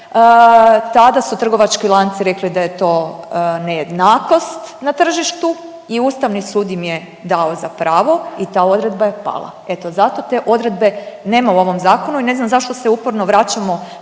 tada su trgovački lanci rekli da je to nejednakost na tržištu i Ustavni sud im je dao za pravo i ta odredba je pala. Eto zato te odredbe nema u ovom zakonu i ne znam zašto se uporno vraćamo